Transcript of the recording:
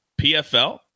PFL